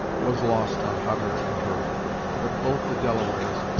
was lost on hutter and hurry but both the delawares,